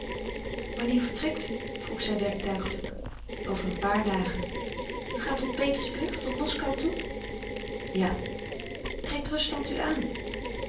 wanneer vertrekt u vroeg zij werktuigelijk over een paar dagen u gaat tot petersburg tot moskou toe ja trekt rusland u aan